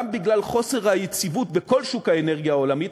גם בגלל חוסר היציבות בכל שוק האנרגיה העולמית,